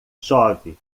chove